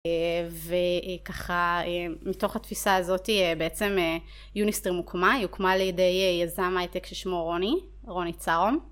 אה... וככה, אהם... מתוך התפיסה הזאת בעצם יוניסטר מוקמה, היא הוקמה לידי יזם הייטק ששמו רוני, רוני צהרום.